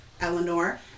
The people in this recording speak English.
Eleanor